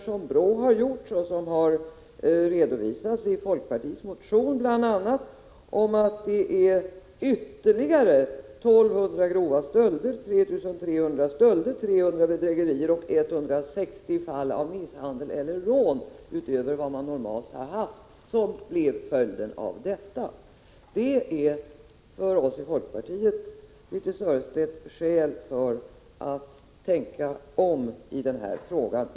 Som redovisas i folkpartiets motion har utredningar som BRÅ har gjort bl.a. visat att en följd av reformen har blivit eri ökning med 1 200 grova stölder, 3 300 stölder, 300 bedrägerier och 160 fall av misshandel eller rån. Det ger oss i folkpartiet, Birthe Sörestedt, skäl att tänka om i den här frågan.